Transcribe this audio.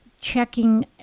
checking